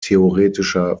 theoretischer